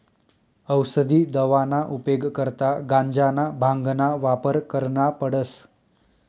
औसदी दवाना उपेग करता गांजाना, भांगना वापर करना पडस